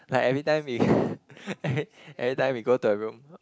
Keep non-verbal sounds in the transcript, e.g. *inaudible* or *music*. like every time we *laughs* every every time we go to her room